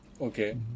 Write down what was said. Okay